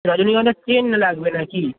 রজনীগন্ধার চেইন না লাগবে না কি